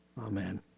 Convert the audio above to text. Amen